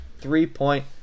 three-point